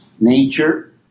nature